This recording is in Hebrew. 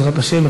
בעזרת השם,